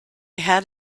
had